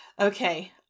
okay